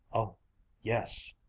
oh yes,